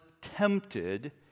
tempted